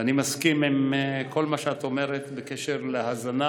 ואני מסכים לכל מה שאת אומרת בקשר להזנה